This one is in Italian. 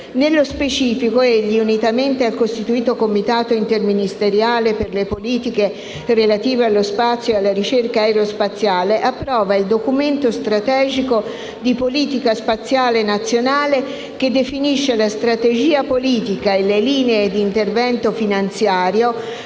Nello specifico egli, unitamente al costituito Comitato interministeriale per le politiche relative allo spazio e alla ricerca aerospaziale, approva il documento strategico di politica spaziale nazionale che definisce la strategia politica e le linee di intervento finanziario